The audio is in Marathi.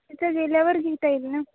तिथं गेल्यावर घेता येईल ना